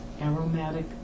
aromatic